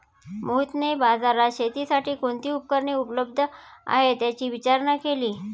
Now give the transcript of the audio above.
मोहितने बाजारात शेतीसाठी कोणती उपकरणे उपलब्ध आहेत, याची विचारणा केली